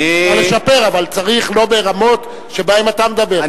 אפשר לשפר, אבל לא ברמות שבהן אתה מדבר.